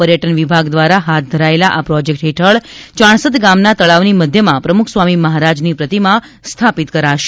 પર્થટન વિભાગ દ્વારા હાથ ધરાયેલા આ પ્રોજેક્ટ હેઠળ યાણસદ ગામના તળાવની મધ્યમમાં પ્રમુખ સ્વામી મહારાજની પ્રતિમા સ્થાપિત કરાશે